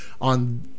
on